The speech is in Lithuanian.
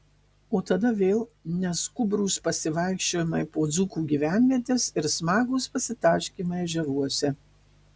o tada vėl neskubrūs pasivaikščiojimai po dzūkų gyvenvietes ir smagūs pasitaškymai ežeruose